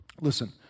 listen